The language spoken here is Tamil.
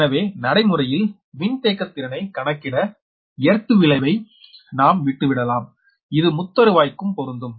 எனவே நடைமுறையில் மின்தேக்கத்திறனை கணக்கிட எர்த் விளைவை நாம் விட்டுவிடலாம் இது முத்தருவாய்க்கும் பொருந்தும்